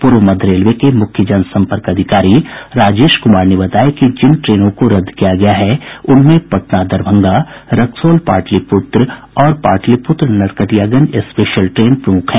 पूर्व मध्य रेलवे के मुख्य जनसंपर्क अधिकारी राजेश कुमार ने बताया कि जिन ट्रेनों को रद्द किया गया है उनमें पटना दरभंगा रक्सौल पाटलिपूत्र और पाटलिपूत्र नरकटियागंज स्पेशल ट्रेन प्रमूख हैं